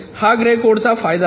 हा ग्रे कोडचा फायदा आहे